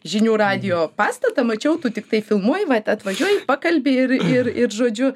žinių radijo pastatą mačiau tu tiktai filmuoji vat atvažiuoji pakalbi ir ir ir žodžiu